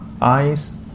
Eyes